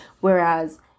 Whereas